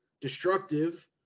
destructive